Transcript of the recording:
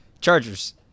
Chargers